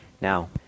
Now